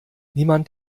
niemand